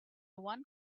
one